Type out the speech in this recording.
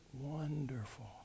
wonderful